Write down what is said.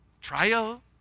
trial